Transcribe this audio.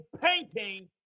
painting